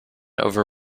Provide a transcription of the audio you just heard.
over